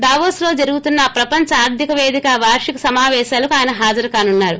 దావోస్లో జరుగనున్న ప్రపంచ తర్గిక పేదిక వార్షిక సమాపేశాలకు ఆయన హాజరుకానున్నారు